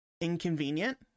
inconvenient